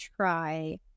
try